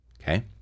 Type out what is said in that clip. Okay